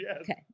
okay